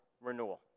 renewal